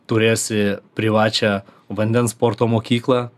turėsi privačią vandens sporto mokyklą